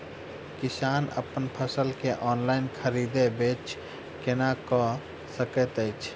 किसान अप्पन फसल केँ ऑनलाइन खरीदै बेच केना कऽ सकैत अछि?